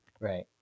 right